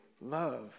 love